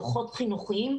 שהם דוחות מאוד ברורים,